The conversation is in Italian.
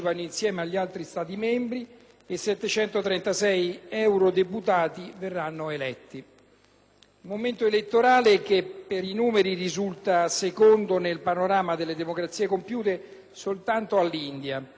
momento elettorale che per i numeri risulta secondo, nel panorama delle democrazie compiute, soltanto all'India. L'imponenza dei numeri, tuttavia, non può servire da schermo alle problematiche